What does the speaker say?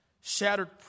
shattered